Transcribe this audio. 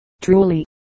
truly